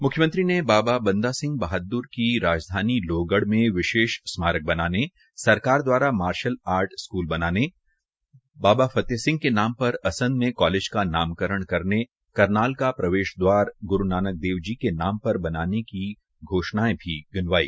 म्ख्यमंत्री ने बाबा बंदा बहाद्र की राजधानी लोहगढ़ में विशेष स्मारक बनाने सरकार द्वारा मार्शल आर्ट स्कूल बनवाने बाबा फतेह सिंह के नाम पर असंध में कालेज का नामकरण करने करनाल का प्रवेश दवारा ग्रू नानक दव जी के नाम पर बनाने की घोषणायें भी गिनवाई